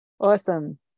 Awesome